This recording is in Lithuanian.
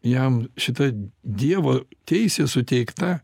jam šita dievo teisė suteikta